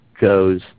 goes